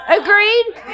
Agreed